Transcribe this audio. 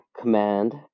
command